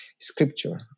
scripture